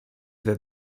that